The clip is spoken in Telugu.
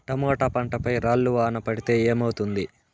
టమోటా పంట పై రాళ్లు వాన పడితే ఏమవుతుంది?